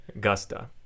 gusta